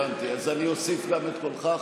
אז אוסיף גם את קולך.